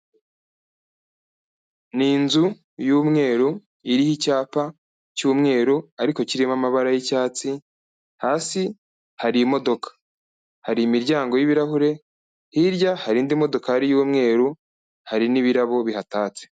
Ni inzu y'umweru, iriho icyapa cy'umweru, ariko kirimo amabara y'icyatsi, hasi hari imodoka. Hari imiryango y'ibirahure, hirya hari indi modokari y'umweru, hari n'ibirabo bihatatse.